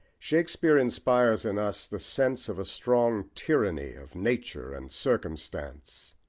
shakespeare inspires in us the sense of a strong tyranny of nature and circumstance.